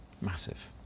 massive